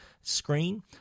screen